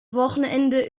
wochenende